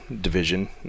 division